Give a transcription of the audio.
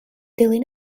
dilyn